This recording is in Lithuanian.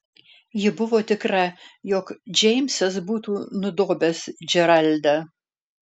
ji buvo tikra jog džeimsas būtų nudobęs džeraldą